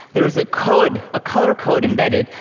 there is a code, a color code embedded,